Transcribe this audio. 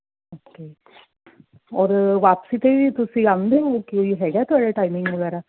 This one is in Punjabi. ਓਕੇ ਔਰ ਵਾਪਸੀ 'ਤੇ ਵੀ ਤੁਸੀਂ ਆਉਂਦੇ ਹੋ ਕੋਈ ਹੈਗਾ ਤੁਹਾਡਾ ਟਾਈਮਿੰਗ ਵਗੈਰਾ